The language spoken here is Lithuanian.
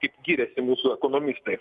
kaip giriasi mūsų ekonomistai